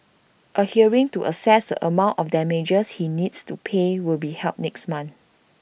A hearing to assess amount of damages he needs to pay will be held next month